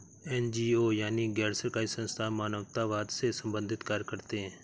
NGO यानी गैर सरकारी संस्थान मानवतावाद से संबंधित कार्य करते हैं